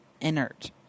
inert